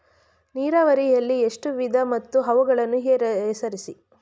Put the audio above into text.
ನೀರಾವರಿಯಲ್ಲಿ ಎಷ್ಟು ವಿಧ ಮತ್ತು ಅವುಗಳನ್ನು ಹೆಸರಿಸಿ?